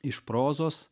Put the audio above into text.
iš prozos